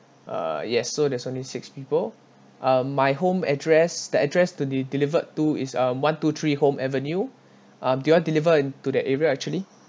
uh yes so there's only six people um my home address the address to be delivered to is um one two three home avenue um do you all deliver to that area actually